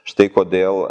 štai kodėl